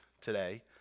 today